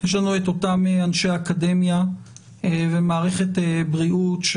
יש את אותם אנשי האקדמיה ומערכת הבריאות,